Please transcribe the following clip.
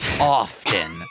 often